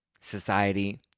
society